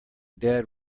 dad